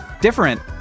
different